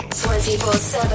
24-7